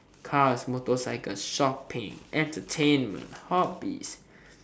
cars motorcycle shopping entertainment hobbies